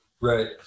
Right